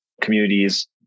communities